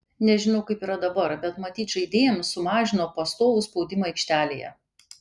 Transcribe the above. nežinau kaip yra dabar bet matyt žaidėjams sumažino pastovų spaudimą aikštelėje